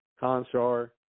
Conshar